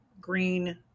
green